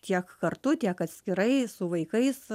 tiek kartu tiek atskirai su vaikais